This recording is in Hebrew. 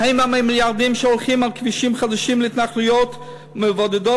"האם המיליארדים שהולכים על כבישים חדשים להתנחלויות מבודדות